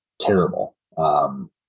terrible